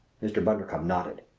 mr. bundercombe nodded.